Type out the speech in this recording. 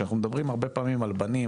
כשאנחנו מדברים הרבה פעמים על בנים,